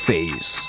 Face